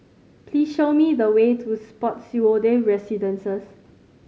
please show me the way to Spottiswoode Residences